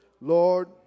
Lord